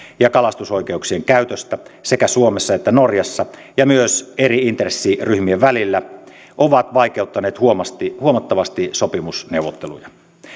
ja kalastusoikeuksien käytöstä sekä suomessa että norjassa ja myös eri intressiryhmien välillä ovat vaikeuttaneet huomattavasti huomattavasti sopimusneuvotteluja